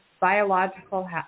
biological